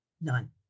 none